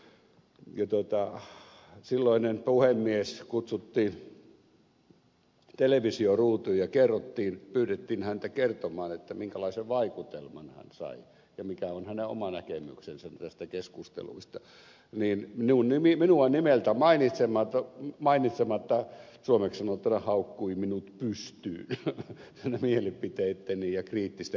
kun silloinen puhemies kutsuttiin televisioruutuun ja pyydettiin häntä kertomaan minkälaisen vaikutelman hän sai ja mikä on hänen oma näkemyksensä näistä keskusteluista niin minua nimeltä mainitsematta hän suomeksi sanottuna haukkui minut pystyyn mielipiteitteni ja kriittisten kommenttieni takia